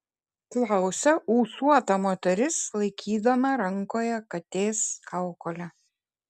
klausia ūsuota moteris laikydama rankoje katės kaukolę